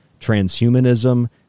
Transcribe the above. transhumanism